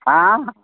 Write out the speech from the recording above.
हा